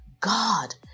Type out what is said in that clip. god